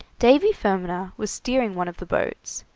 davy fermaner was steering one of the boats,